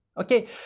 Okay